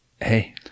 Hey